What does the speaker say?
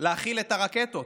להכיל את הרקטות,